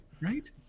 right